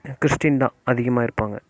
Christian தான் அதிகமாக இருப்பாங்க